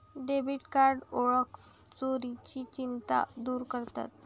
debit card ओळख चोरीची चिंता दूर करतात